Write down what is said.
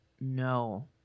no